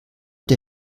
die